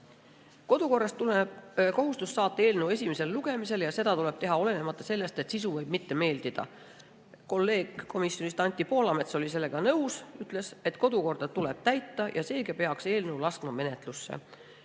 Kodukorrast tuleneb kohustus saata eelnõu esimesele lugemisele ja seda tuleb teha olenemata sellest, et sisu meeldib või mitte. Kolleeg Anti Poolamets oli sellega nõus. Ta ütles, et kodukorda tuleb täita ja seega peaks eelnõu laskma menetlusse.